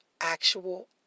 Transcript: actual